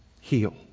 heal